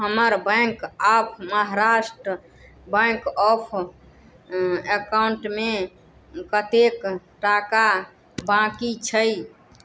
हमर bank of Maharashtra bank of एकाउण्टमे कतेक टाका बाँकी छै